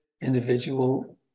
individual